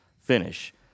finish